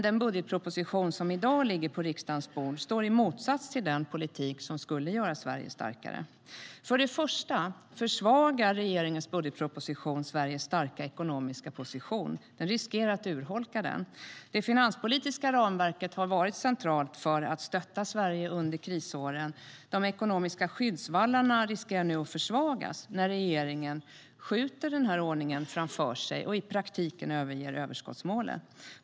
Den budgetproposition som i dag ligger på riksdagens bord står i motsats till den politik som skulle göra Sverige starkare. För det första försvagar regeringens budgetproposition Sveriges starka ekonomiska position. Den riskerar att urholka den. Det finanspolitiska ramverket har varit centralt för att stötta Sverige under krisåren. De ekonomiska skyddsvallarna riskerar att försvagas när regeringen nu skjuter den ordningen framför sig och i praktiken överger överskottsmålet.